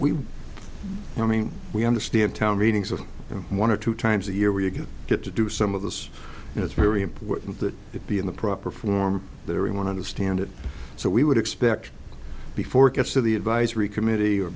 all mean we understand town meetings of one or two times a year where you get to do some of this and it's very important that it be in the proper form that everyone understands it so we would expect before it gets to the advisory committee or